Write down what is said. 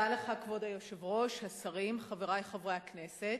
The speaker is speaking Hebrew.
כבוד היושב-ראש, תודה לך, השרים, חברי חברי הכנסת,